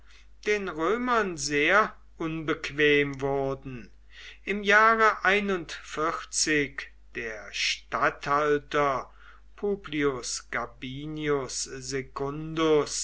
den römern sehr unbequem wurden im jahre der statthalter publius gabinius